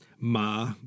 Ma